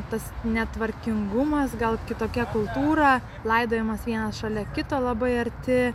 tas netvarkingumas gal kitokia kultūra laidojamas vienas šalia kito labai arti